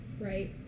right